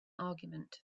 argument